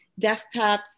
desktops